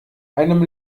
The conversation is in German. einem